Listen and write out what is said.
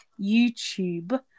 youtube